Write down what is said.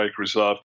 microsoft